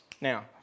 now